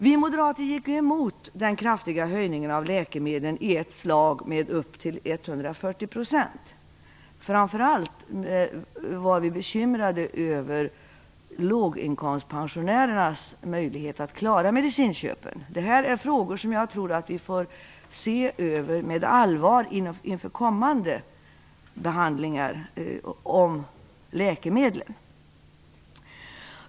Vi moderater gick ju emot den kraftiga höjningen av läkemedlen i ett slag med upp till 140 %. Framför allt var vi bekymrade över låginkomstpensionärernas möjligheter att klara medicinköpen. Det här är frågor som jag tror att vi kommer att få se på med allvar vid kommande behandlingar av läkemedlen.